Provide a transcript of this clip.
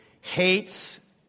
hates